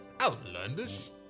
outlandish